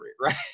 right